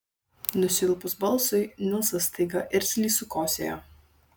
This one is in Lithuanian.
nusilpus balsui nilsas staiga irzliai sukosėjo